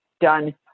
done